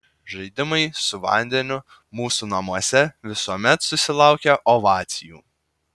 žaidimai su vandeniu mūsų namuose visuomet susilaukia ovacijų